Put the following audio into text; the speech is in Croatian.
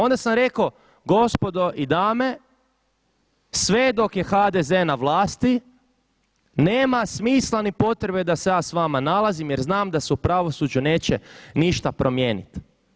Onda sam rekao, gospodo i dame, sve dok je HDZ na vlasti nema smisla ni potrebe da se ja vama nalazim, jer znam da se u pravosuđu neće ništa promijeniti.